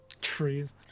trees